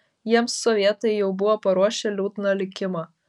jiems sovietai jau buvo paruošę liūdną likimą